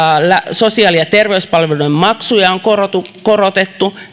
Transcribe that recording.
sosiaali ja terveyspalveluiden maksuja on korotettu